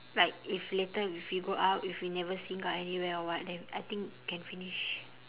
like if later if we go out if we never singgah anywhere or what then I think can finish